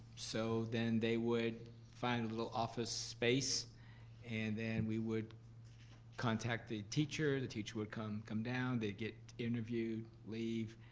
so then they would find a little office space and then we would contact the teacher, the teacher would come come down, they'd get interviewed, leave,